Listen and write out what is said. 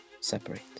separate